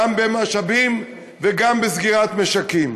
גם במשאבים וגם בסגירת משקים.